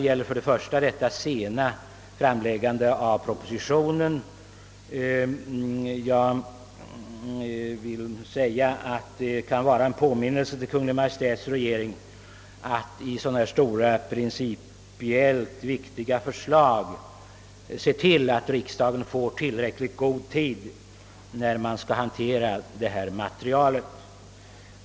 I det ena yttrandet påtalas det sena framläggandet av denna proposition. Detta bör vara en påminnelse för Kungl. Maj:ts regering, att i så stora och principiellt viktiga frågor se till att riksdagen får tillräckligt med tid att gå igenom materialet.